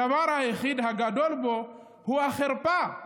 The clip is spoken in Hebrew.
הדבר היחיד הגדול בו הוא החרפה.